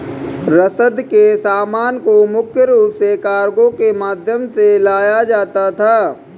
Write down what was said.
रसद के सामान को मुख्य रूप से कार्गो के माध्यम से ले जाया जाता था